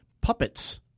puppets